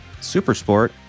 Supersport